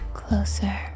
closer